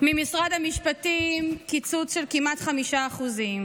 ממשרד המשפטים, קיצוץ של כמעט 5%;